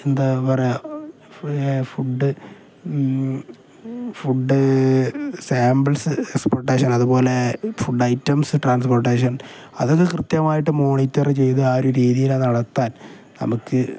എന്താണ് പറയുക food food samples exportation അതുപോലെ ഫുഡ് ഐറ്റംസ് ട്രാൻസ്പോർട്ടേഷൻ അതൊക്കെ കൃത്യമായിട്ട് മോണിറ്റർ ചെയ്തു ആ ഒരു രീതിയിൽ നടത്താൻ നമുക്ക്